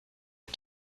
are